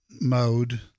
mode